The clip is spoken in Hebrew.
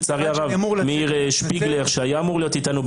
לצערי הרב מאיר שפיגלר שהיה אמור להיות איתנו,